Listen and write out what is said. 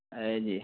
ଆଏ ଯେ